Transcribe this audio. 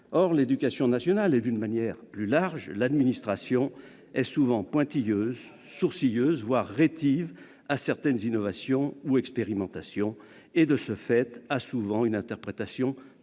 Or l'éducation nationale et, d'une manière plus large, l'administration sont souvent pointilleuses, sourcilleuses, voire rétives à certaines innovations ou expérimentations. De ce fait, elles ont souvent une interprétation